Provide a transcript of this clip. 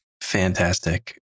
Fantastic